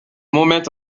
moment